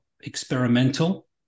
experimental